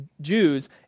Jews